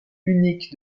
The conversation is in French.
uniques